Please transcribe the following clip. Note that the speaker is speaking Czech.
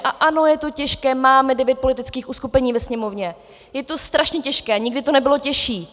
A ano, je to těžké, máme devět politických uskupení ve Sněmovně, je to strašně těžké, nikdy to nebylo těžší.